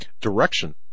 direction